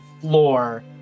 floor